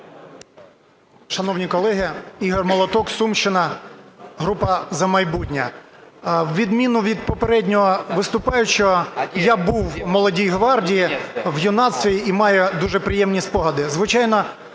Шановні колеги, Ігор Молоток, Сумщина, група "За майбутнє". На відміну від попереднього виступаючого, я був у "Молодій гвардії" в юнацтві і маю дуже приємні спогади. Звичайно,